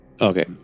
Okay